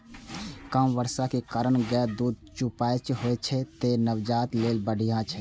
कम बसा के कारणें गायक दूध सुपाच्य होइ छै, तें नवजात लेल बढ़िया छै